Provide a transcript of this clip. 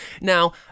Now